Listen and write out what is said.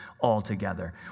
altogether